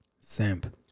Simp